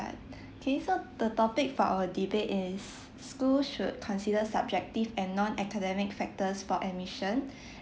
K so the topic for our debate is schools should consider subjective and non academic factors for admission